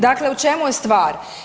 Dakle, u čemu je stvar?